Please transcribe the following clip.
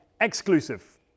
exclusive